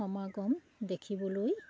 সমাগম দেখিবলৈ